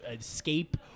escape